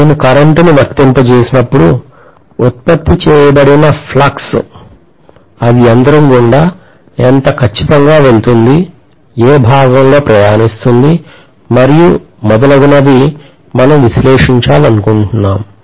నేను కరెంట్ను వర్తింపజేసినప్పుడు ఉత్పత్తి చేయబడిన ఫ్లక్స్ అది యంత్రం గుండా ఎంత ఖచ్చితంగా వెళుతుంది ఏ భాగంలో ప్రయాణిస్తుంది మరియు మొదలగునవి మనం విశ్లేషించాలనుకుంటున్నాము